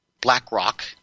BlackRock